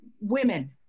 women